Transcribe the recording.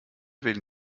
wählen